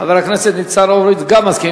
חבר הכנסת ניצן הורוביץ גם מסכים.